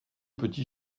petit